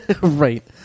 Right